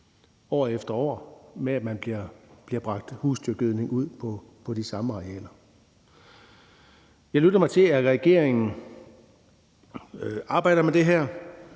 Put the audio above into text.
år efter år bliver bragt husdyrgødning ud på de samme arealer. Jeg lytter mig til, at regeringen arbejder med det her.